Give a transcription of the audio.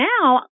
now